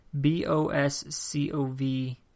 B-O-S-C-O-V